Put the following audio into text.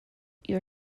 your